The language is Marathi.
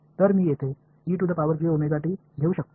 तर मी येथे घेऊ शकतो